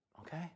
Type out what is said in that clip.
Okay